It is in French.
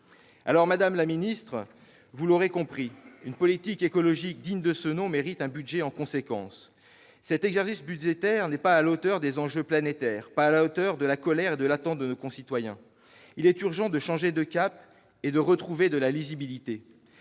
compris, madame la ministre, une politique écologique digne de ce nom mérite un budget en conséquence. Cet exercice budgétaire n'est pas à la hauteur des enjeux planétaire ni de la colère et de l'attente de nos concitoyens. Il est urgent de changer de cap et de retrouver de la lisibilité.